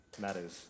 matters